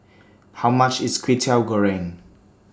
How much IS Kwetiau Goreng